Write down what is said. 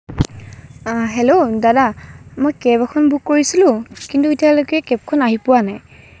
hello দাদা মই cab এখন বুক কৰিছিলোঁ কিন্তু এতিয়ালৈকে কেবখন আহি পোৱা নাই